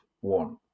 one